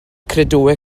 credoau